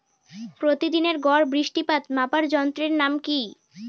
প্রতিদিনের গড় বৃষ্টিপাত মাপার যন্ত্রের নাম কি?